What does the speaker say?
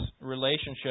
relationship